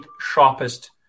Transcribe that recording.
sharpest